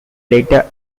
latter